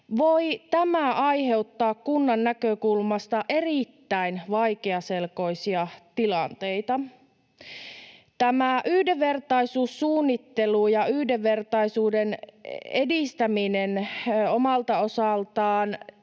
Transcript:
voi aiheuttaa kunnan näkökulmasta erittäin vaikeaselkoisia tilanteita. Yhdenvertaisuussuunnittelun ja yhdenvertaisuuden edistämisen osalta on